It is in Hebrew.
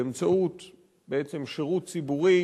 באמצעות בעצם שירות ציבורי,